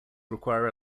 require